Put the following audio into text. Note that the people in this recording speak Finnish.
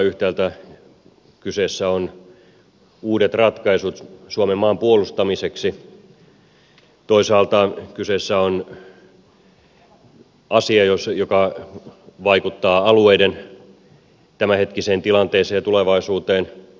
yhtäältä kyseessä ovat uudet ratkaisut suomen maan puolustamiseksi toisaalta kyseessä on asia joka vaikuttaa alueiden tämänhetkiseen tilanteeseen ja tulevaisuuteen